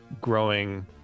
growing